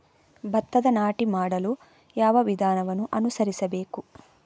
ಭತ್ತದ ನಾಟಿ ಮಾಡಲು ಯಾವ ವಿಧಾನವನ್ನು ಅನುಸರಿಸಬೇಕು?